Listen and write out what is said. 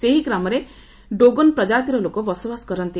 ସେହି ଗ୍ରାମରେ ତୋଗନ ପ୍ରଜାତିର ଲୋକ ବସବାସ କରନ୍ତି